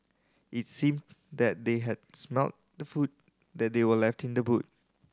its seemed that they had smelt the food that they were left in the boot